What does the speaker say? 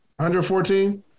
114